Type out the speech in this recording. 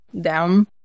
down